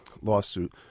lawsuit